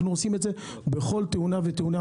אנחנו עושים את זה בכל תאונה ותאונה.